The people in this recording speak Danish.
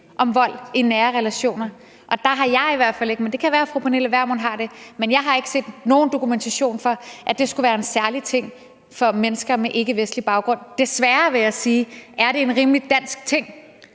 om vold i nære relationer, og der har jeg i hvert fald ikke, men det kan være, at fru Pernille Vermund har det, set nogen dokumentation for, at det skulle være en særlig ting for mennesker med ikkevestlig baggrund. Desværre, vil jeg sige, er det en rimelig dansk ting,